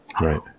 Right